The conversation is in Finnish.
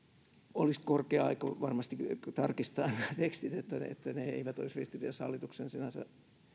olisi korkea aika varmasti tarkistaa nämä tekstit että ne eivät olisi ristiriidassa hallituksen sinänsä